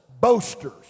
boasters